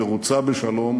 שרוצה בשלום